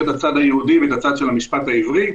את הצד היהודי ואת הצד של המשפט העברי.